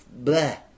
bleh